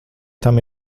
tam